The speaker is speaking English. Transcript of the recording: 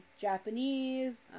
Japanese